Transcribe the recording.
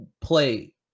play